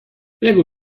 بگو